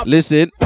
Listen